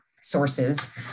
sources